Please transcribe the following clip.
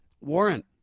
warrant